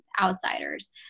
outsiders